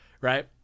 Right